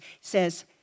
says